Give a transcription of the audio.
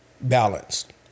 balanced